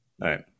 Right